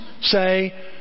say